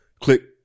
click